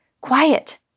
Quiet